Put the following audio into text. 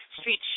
street